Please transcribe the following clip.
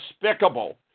despicable